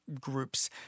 groups